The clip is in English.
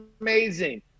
amazing